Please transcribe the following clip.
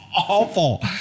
awful